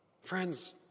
Friends